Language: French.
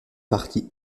partie